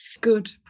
good